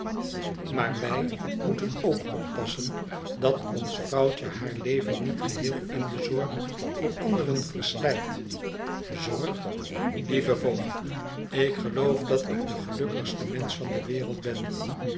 maar wij moeten ook oppassen dat ons vrouwtje haar leven niet geheel in de zorg voor anderen verslijt zorg lieve voogd ik geloof dat ik de gelukkigste mensch van de wereld ben